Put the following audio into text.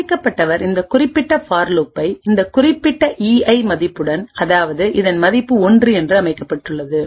பாதிக்கப்பட்டவர் இந்த குறிப்பிட்ட பார் லூப்பை இந்த குறிப்பிட்ட ஈஐ மதிப்புடன் அதாவது இதன் மதிப்பு ஒன்று என்று அமைக்கப்பட்டுள்ளது